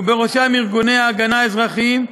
ובראשו ארגוני ההגנה האזרחיים,